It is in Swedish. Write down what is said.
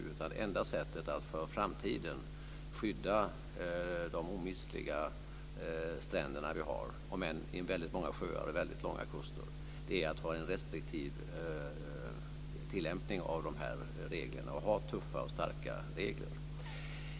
Det enda sättet att för framtiden skydda de omistliga stränder som vi har, om än väldigt många sjöar och väldigt långa kuster, är att ha en restriktiv tillämpning av dessa regler och att ha tuffa och starka regler.